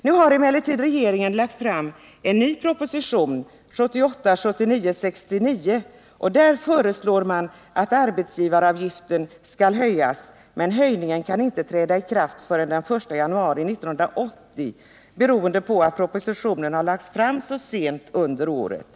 Nu har emellertid regeringen lagt fram en ny proposition, 1978/79:69, och där föreslår man att arbetsgivaravgiften skall höjas. Men höjningen kan inte träda i kraft förrän den 1 januari 1980, beroende på att propositionen har lagts fram så sent under året.